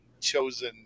chosen